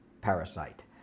Parasite